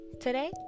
Today